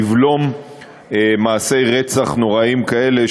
יבלום מעשי רצח נוראיים כאלה,